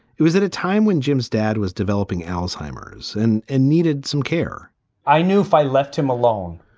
it was at a time when jim's dad was developing alzheimer's and and needed some care i knew if i left him alone,